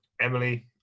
Emily